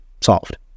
solved